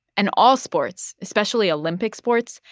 and all sports, especially olympic sports,